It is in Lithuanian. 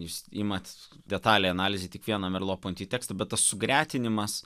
jūs imat detalei analizei tik vieną merlo ponti tekstą bet sugretinimas